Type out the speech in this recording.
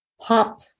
Pop